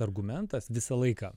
argumentas visą laiką